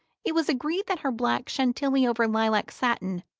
it was agreed that her black chantilly over lilac satin,